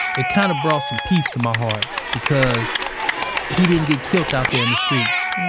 it kind of brought some peace to my heart because he didn't get killed out there in the streets